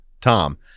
Tom